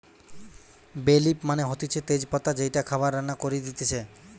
বে লিফ মানে হতিছে তেজ পাতা যেইটা খাবার রান্না করে দিতেছে